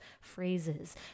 phrases